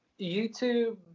YouTube